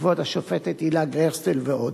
כבוד השופטת הילה גרסטל ועוד.